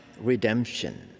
redemption